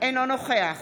אינו נוכח